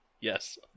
Yes